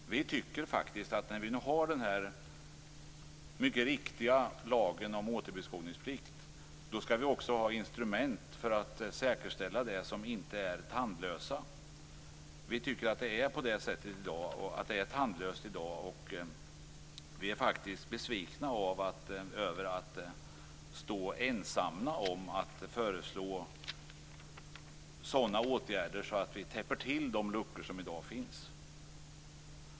När vi nu har den mycket viktiga lagen om återplanteringsplikt, då skall vi också ha instrument så att inte lagen blir tandlös. Vi tycker att det är på det sättet i dag. Vi är faktiskt besvikna över att vara ensamma om att föreslå åtgärder för att täppa till de luckor som i dag finns.